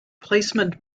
placement